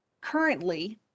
currently